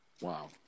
Wow